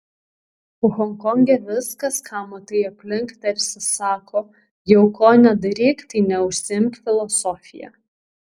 honkonge viskas ką matai aplink tarsi sako jau ko nedaryk tai neužsiimk filosofija